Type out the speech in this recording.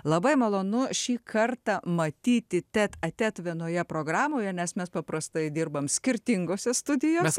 labai malonu šį kartą matyti tet a tet vienoje programoje nes mes paprastai dirbam skirtingose studijose